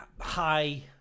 high